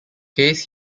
case